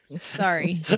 sorry